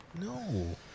No